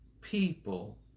people